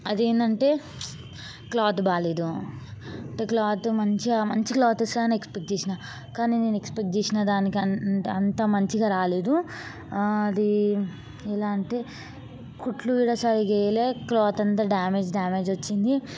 అది ఏందంటే క్లాత్ బాగలేదు అంటే క్లాత్ మంచిగా మంచి క్లాత్ వస్తుందని ఎక్స్ప్పెక్ట్ చేసాను కాని నేను క్స్ప్పెక్ట్ చేసిన దానికంటే అంత మంచిగా రాలేదు అది ఎలా అంటే కుట్లు కూడ సర్రిగా ఎయ్యాలే క్లాత్ అంతా డామేజ్ డామేజ్ వచ్చింది